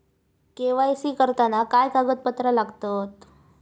KYC करताना काय कागदपत्रा लागतत?